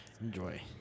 Enjoy